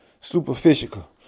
superficial